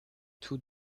toutes